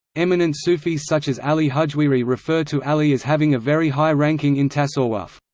eminent sufis such as ali hujwiri refer to ali as having a very high ranking in tasawwuf.